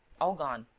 all gone,